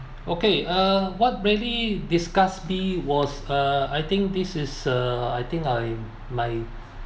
okay uh what really disgust me was uh I think this is a I think I'm my